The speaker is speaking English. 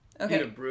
Okay